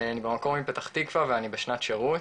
אני במקור מפתח תקווה ואני בשנת שירות,